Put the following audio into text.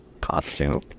costume